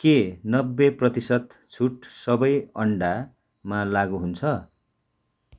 के नब्बे प्रतिशत छुट सबै अन्डामा लागु हुन्छ